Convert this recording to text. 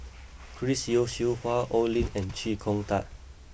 Chris Yeo Siew Hua Oi Lin and Chee Kong Tet